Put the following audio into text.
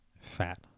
fat